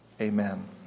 Amen